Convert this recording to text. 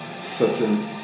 certain